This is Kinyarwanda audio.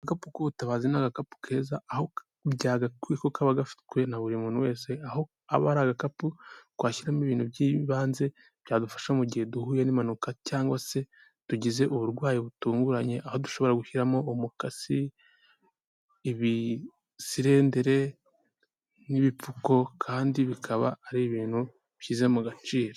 Agapu k'ubutabazi ni agakapu keza aho byagakwiye ko kaba gafitwe na buri muntu wese aho aba ari agakapu twashyiramo ibintu by'ibanze byadufasha mu gihe duhuye n'impanuka cyangwa se tugize uburwayi butunguranye aho dushobora gushyiramo umukasi ,ibisirendire n'ibipfuko kandi bikaba ari ibintu bishyize mu gaciro.